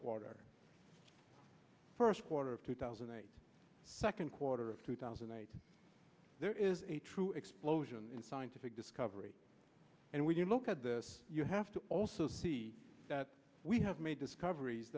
quarter first quarter of two thousand and eight second quarter of two thousand and eight there is a true explosion in scientific discovery and when you look at this you have to also see that we have made discoveries